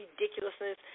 ridiculousness